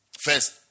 First